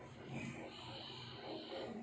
ya